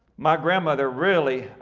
my grandmother really,